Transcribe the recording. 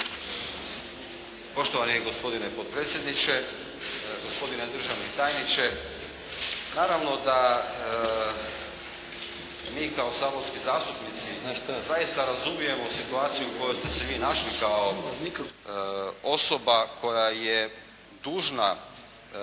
Poštovani gospodine potpredsjedniče, gospodine državni tajniče naravno da mi kao saborski zastupnici znači da zaista razumijemo situaciju u kojoj ste se vi našli kao osoba koja je dužna